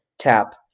tap